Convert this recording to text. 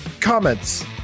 comments